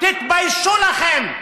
תתביישו לכם.